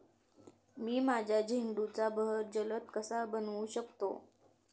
मी माझ्या झेंडूचा बहर जलद कसा बनवू शकतो?